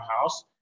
house